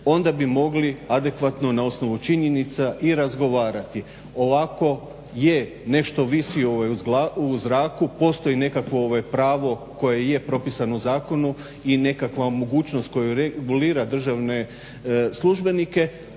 onda bi mogli adekvatno na osnovu činjenica i razgovarati, ovako je nešto visi u zraku, postoji nekakvo pravo koje je propisano u zakonu i nekakva mogućnost koji regulira državne službenike,